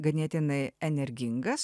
ganėtinai energingas